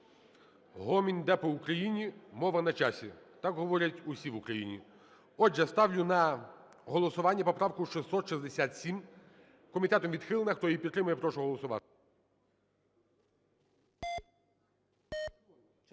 Гомін йде по Україні: мова на часі. Так говорять усі в Україні. Отже, ставлю на голосування поправку 667. Комітетом відхилена. Хто її підтримує, прошу голосувати.